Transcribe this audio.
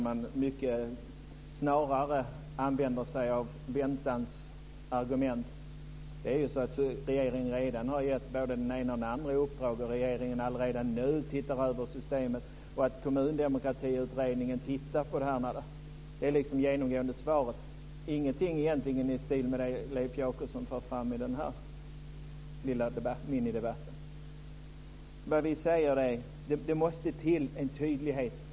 Man använder sig snarast av väntans argument. Man säger att regeringen har gett både den ena och den andra uppdrag, och att regeringen redan nu tittar över systemet. Kommundemokratiutredningen tittar på detta - det är det genomgående svaret. Det finns egentligen ingenting i stil med det som Leif Jakobsson för fram i minidebatten här. Det måste till en tydlighet!